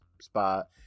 spot